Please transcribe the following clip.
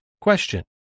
Question